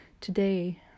Today